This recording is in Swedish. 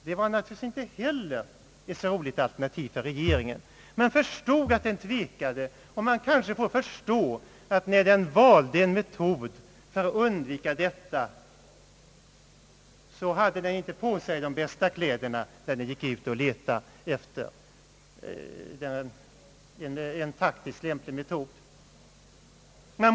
Det var naturligtvis inte heller ett så roligt alternativ för regeringen. Man förstår att den tvekade. Man kan också förstå att när den valde en metod för att undvika detta hade den inte de bästa kläderna på sig när den gick ut och letade efter en taktiskt lämplig metod.